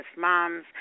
moms